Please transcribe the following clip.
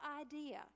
idea